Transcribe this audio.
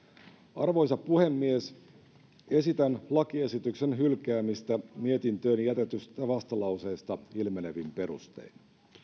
arvoisa puhemies esitän lakiesityksen hylkäämistä mietintöön jätetystä vastalauseesta ilmenevin perustein